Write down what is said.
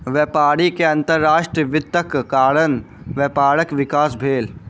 व्यापारी के अंतर्राष्ट्रीय वित्तक कारण व्यापारक विकास भेल